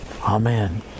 amen